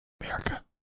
America